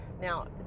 now